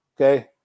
okay